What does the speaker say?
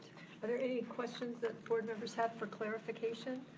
are there any questions that board members have for clarification